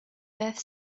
beth